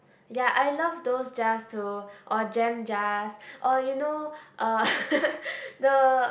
ya I love those jars too or jam jars or you know uh the